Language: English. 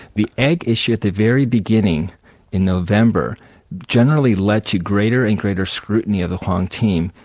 the egg issue at the very beginning in november generally led to greater and greater scrutiny of the hwang team,